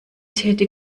täte